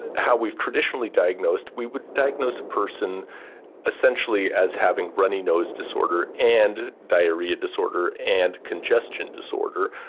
how we've traditionally diagnosed, we would diagnose a person essentially as having runny nose disorder and diarrhoea disorder and congestion disorder,